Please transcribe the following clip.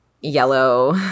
yellow